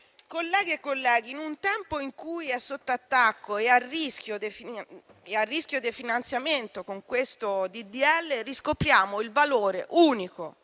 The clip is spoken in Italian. Colleghe e colleghi, in un tempo in cui è sotto attacco e a rischio definanziamento, con questo disegno di legge riscopriamo il valore unico